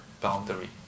boundary